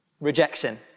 rejection